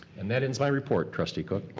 and that ends my report, trustee cook.